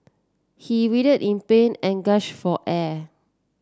he writhed in pain and gasp for air